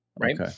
right